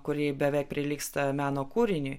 kuri beveik prilygsta meno kūriniui